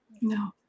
No